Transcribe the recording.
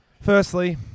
Firstly